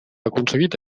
aconseguit